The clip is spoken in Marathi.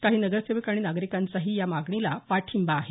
काही नगरसेवक आणि नागरिकांचाही या मागणीला पाठिंबा आहे